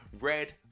Red